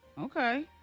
Okay